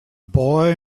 boy